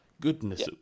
goodness